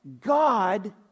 God